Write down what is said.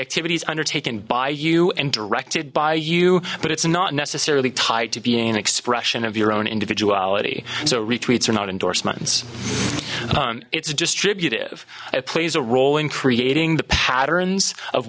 activities undertaken by you and directed by you but it's not necessarily tied to being an expression of your own individuality so retweets are not endorsements it's a distributive it plays a role in creating the patterns of